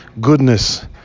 goodness